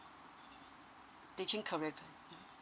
teaching career